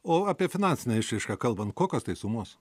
o apie finansinę išraišką kalbant kokios tai sumos